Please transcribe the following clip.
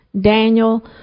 Daniel